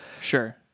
sure